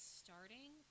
starting